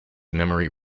memory